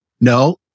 No